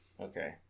Okay